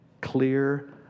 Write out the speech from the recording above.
clear